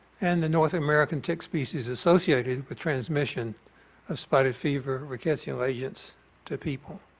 and the north american tick species associated with transmission of spotted fever rickettsial agents to people.